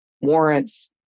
warrants